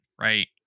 right